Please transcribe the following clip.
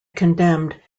condemned